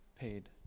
paid